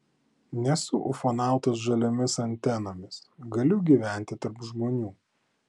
nesu ufonautas žaliomis antenomis galiu gyventi tarp žmonių